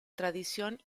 tradición